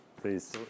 Please